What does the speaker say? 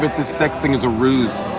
but the sex thing is a ruse.